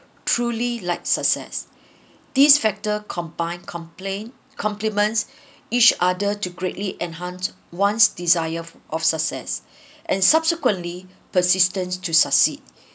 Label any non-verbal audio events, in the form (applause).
truly like success these factors combined complain compliments each other to greatly enhance one's desire of success (breath) and subsequently persistence to succeed (breath)